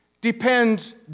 depends